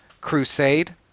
Crusade